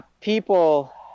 people